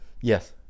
Yes